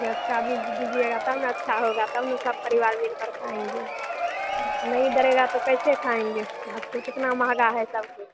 जो अच्छा बीज दीजिएगा तब ना अच्छा होगा तब ना सब परिवार मिलकर खाएँगे नहीं दरेगा तो कैसे खाएँगे आजकल कितना महँगा है सबकुछ